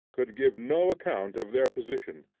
could give no account of their position,